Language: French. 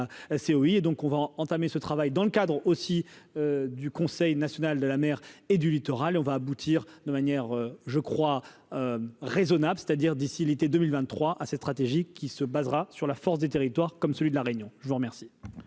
et donc on va entamer ce travail dans le cadre aussi du Conseil national de la mer et du littoral on va aboutir de manière je crois raisonnable, c'est-à-dire d'ici l'été 2023 assez stratégique qui se basera sur la force des territoires comme celui de la Réunion, je vous remercie.